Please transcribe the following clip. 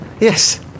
Yes